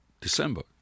December